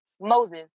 Moses